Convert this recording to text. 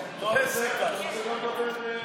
זה נכון.